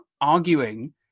arguing